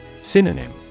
Synonym